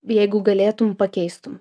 jeigu galėtum pakeistum